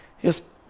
Yes